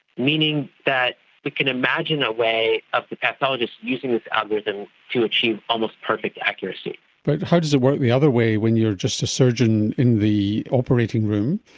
meaning that we can imagine a way of the pathologist using this algorithm to achieve almost perfect accuracy. but how does it work the other way when you are just a surgeon in the operating room,